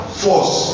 force